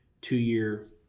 two-year